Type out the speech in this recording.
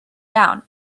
down